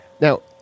Now